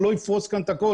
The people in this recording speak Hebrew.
אני לא אפרוס כאן את הכול,